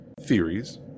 theories